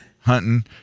hunting